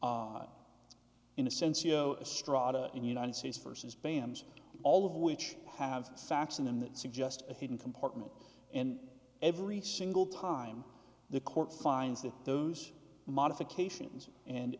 in a sense you know a straw to and united states versus bams all of which have facts in them that suggest a hidden compartment and every single time the court finds that those modifications and